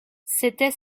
c’était